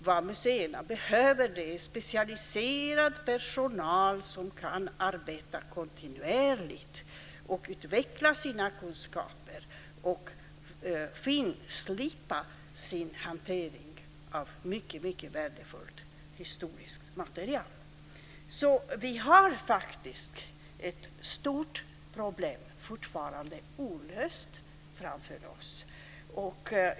Vad museerna behöver är specialiserad personal som kan arbeta kontinuerligt, utveckla sina kunskaper och finslipa sin hantering av mycket värdefullt historiskt material. Så vi har ett stort problem fortfarande olöst framför oss.